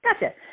Gotcha